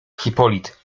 hipolit